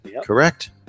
Correct